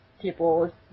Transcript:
people